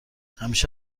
همیشه